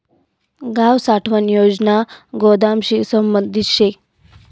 गाव साठवण योजना गोदामशी संबंधित शे